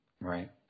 Right